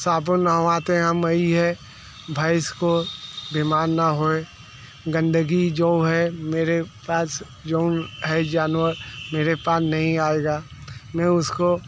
साबुन नहलाते हम ही है भैंस को बीमार ना हुे गंदगी जो है मेरे पास जोन है जानवर मेरे पास नहीं आएगा मैं उसको